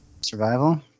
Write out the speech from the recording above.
Survival